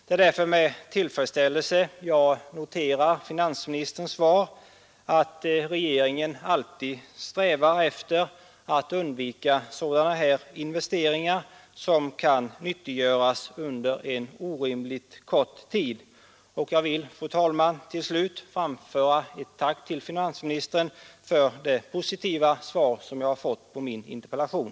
Det är därför med tillfredsställelse jag noterar finansministerns svar att regeringen alltid strävar efter att undvika investeringar som endast kan nyttiggöras under en orimligt kort tid. Till slut, fru talman, vill jag framföra ett tack till finansministern för det positiva svar som jag har fått på min interpellation.